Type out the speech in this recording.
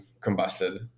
Combusted